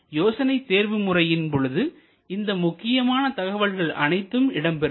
எனவே யோசனைதேர்வு முறையின் பொழுது இந்த முக்கியமான தகவல்கள் அனைத்தும் இடம்பெறும்